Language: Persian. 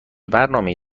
برنامهای